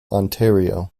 ontario